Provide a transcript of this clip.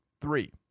three